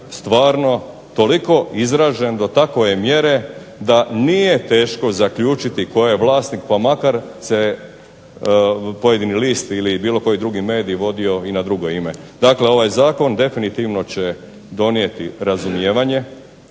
stvarno toliko izražen do takove mjere da nije teško zaključiti tko je vlasnik, pa makar se pojedini list ili bilo koji drugi medij vodio i na drugo ime. Dakle, ovaj Zakon definitivno će donijeti razumijevanje,